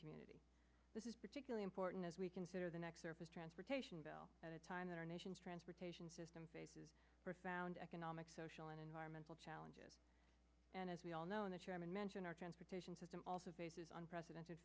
community this is particularly important as we consider the next service transportation bill at a time when our nation's transportation system faces profound economic social and environmental challenges and as we all know and the chairman mentioned our transportation system also faces unprecedented